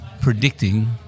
predicting